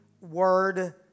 Word